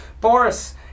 Boris